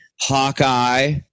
Hawkeye